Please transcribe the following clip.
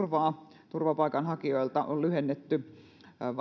on heikennetty oikeusturvaa turvapaikanhakijoilta on lyhennetty